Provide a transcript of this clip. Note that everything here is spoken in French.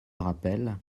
rappelle